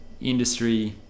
industry